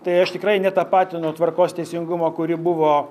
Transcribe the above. tai aš tikrai netapatinu tvarkos teisingumo kuri buvo